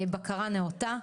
בקרה נאותה.